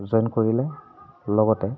join কৰিলে লগতে